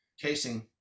casing